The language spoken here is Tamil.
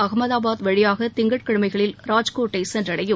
அஹமதாபாத் வழியாக திங்கட்கிழமைகளில் ராஜ்கோட்டை சென்றடையும்